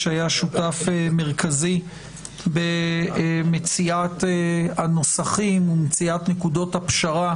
שהיה שותף מרכזי במציאת הנוסחים ומציאת נקודות הפשרה,